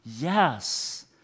yes